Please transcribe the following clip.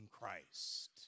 Christ